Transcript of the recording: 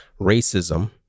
racism